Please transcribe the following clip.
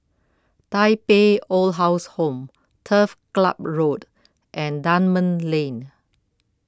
Tai Pei Old People's Home Turf Ciub Road and Dunman Lane